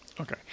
Okay